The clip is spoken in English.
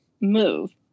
move